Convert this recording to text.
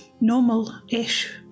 normal-ish